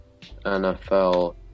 NFL